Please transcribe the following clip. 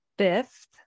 fifth